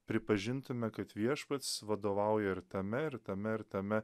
pripažintume kad viešpats vadovauja ir tame ir tame ir tame